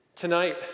Tonight